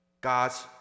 God's